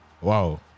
Wow